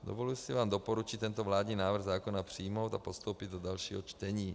Dovoluji si vám doporučit tento vládní návrh zákona přijmout a postoupit do dalšího čtení.